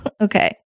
Okay